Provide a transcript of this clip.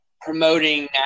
promoting